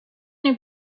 new